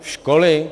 Školy?